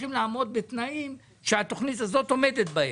צריכים לעמוד בתנאים שהתוכנית הזאת עומדת בהם.